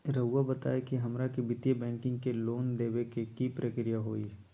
रहुआ बताएं कि हमरा के वित्तीय बैंकिंग में लोन दे बे के प्रक्रिया का होई?